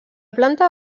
planta